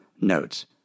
notes